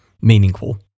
meaningful